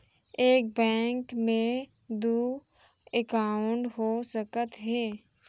एक बैंक में दू एकाउंट हो सकत हे?